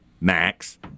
max